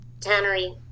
tannery